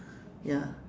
ya